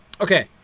Okay